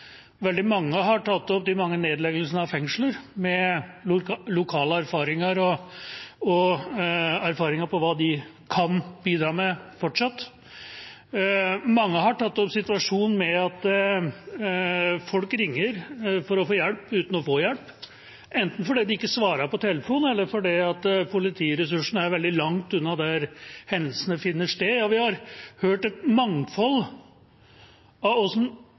Veldig mange har tatt opp de mange nedleggelsene av fengsler ut fra lokal erfaring og erfaring med hva de fortsatt kan bidra med. Mange har tatt opp situasjonen med at folk ringer for å få hjelp uten å få hjelp – enten fordi de ikke får svar på telefonen, eller fordi politiressursene er veldig langt unna der hendelsene finner sted. Og vi har hørt et mangfold